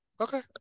Okay